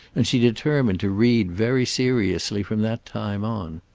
and she determined to read very seriously from that time on.